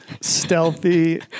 stealthy